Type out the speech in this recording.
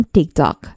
TikTok